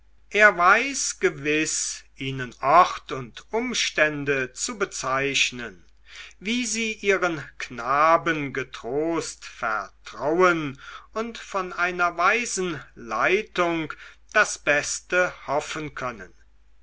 er weiß gewiß ihnen ort und umstände zu bezeichnen wie sie ihren knaben getrost vertrauen und von einer weisen leitung das beste hoffen können